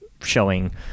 Showing